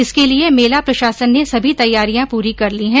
इसके लिए मेला प्रशासन ने सभी तैयारियां पूरी कर ली हैं